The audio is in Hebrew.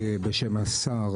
גם בנושא של הצומח,